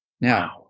now